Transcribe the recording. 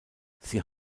sie